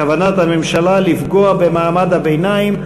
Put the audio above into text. כוונת הממשלה לפגוע במעמד הביניים,